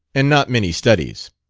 and not many studies.